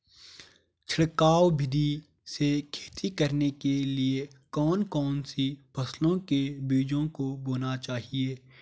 छिड़काव विधि से खेती करने के लिए कौन कौन सी फसलों के बीजों को बोना चाहिए?